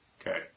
Okay